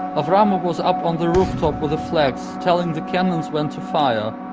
afraamov was up on the rooftop with the flags telling the cannons when to fire.